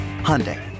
Hyundai